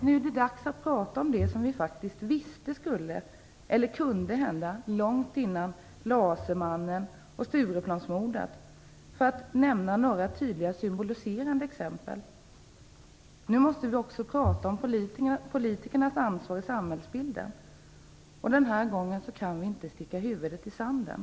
Nu är det dags att prata om det som vi faktiskt långt före lasermannen och Stureplansmorden - för att nämna ett par tydliga symboliserande exempel - kunde hända. Nu måste vi också prata om politikernas ansvar för samhällsbilden. Den här gången kan vi inte sticka huvudet i sanden.